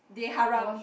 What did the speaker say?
they haram